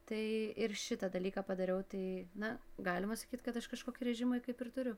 tai ir šitą dalyką padariau tai na galima sakyt kad aš kažkokį režimą kaip ir turiu